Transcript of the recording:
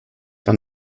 war